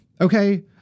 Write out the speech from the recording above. Okay